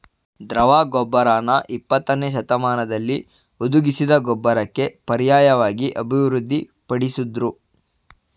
ದ್ರವ ಗೊಬ್ಬರನ ಇಪ್ಪತ್ತನೇಶತಮಾನ್ದಲ್ಲಿ ಹುದುಗಿಸಿದ್ ಗೊಬ್ಬರಕ್ಕೆ ಪರ್ಯಾಯ್ವಾಗಿ ಅಭಿವೃದ್ಧಿ ಪಡಿಸುದ್ರು